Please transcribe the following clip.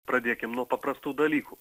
pradėkim nuo paprastų dalykų